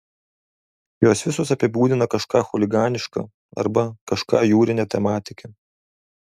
jos visos apibūdina kažką chuliganiška arba kažką jūrine tematika